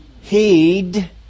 heed